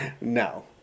no